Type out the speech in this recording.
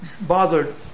bothered